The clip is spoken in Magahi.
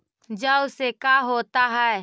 जौ से का होता है?